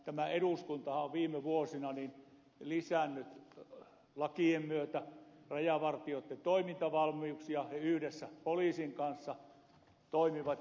tämä eduskuntahan on viime vuosina lisännyt lakien myötä rajavartijoitten toimintavalmiuksia he yhdessä poliisin kanssa toimivat